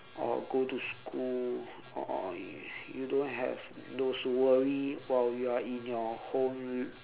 or go to school or or you don't have those to worry while you are in your homel~